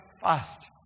fast